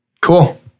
Cool